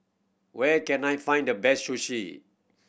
where can I find the best Sushi